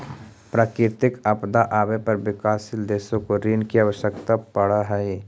प्राकृतिक आपदा आवे पर विकासशील देशों को ऋण की आवश्यकता पड़अ हई